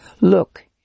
Look